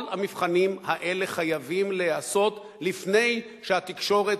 כל המבחנים האלה חייבים להיעשות לפני שהתקשורת